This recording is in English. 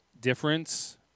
difference